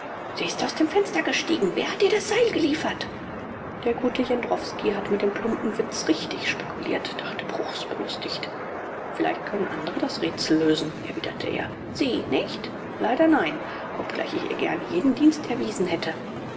sie ist aus dem fenster gestiegen wer hat ihr das seil geliefert der gute jendrowski hat mit dem plumpen witz richtig spekuliert dachte bruchs belustigt vielleicht können andere das rätsel lösen erwiderte er sie nicht leider nein obgleich ich ihr gern jeden dienst erwiesen hätte